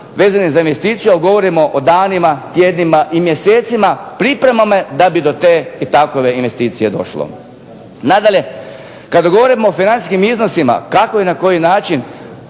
vezanim za investiciju, a govorimo o danima, tjednima i mjesecima pripremama da bi do te i takove investicije došlo. Nadalje, kada govorimo o financijskim iznosima kako i na koji način